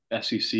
sec